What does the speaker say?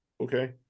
okay